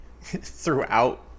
throughout